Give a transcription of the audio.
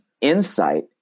insight